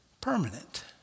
permanent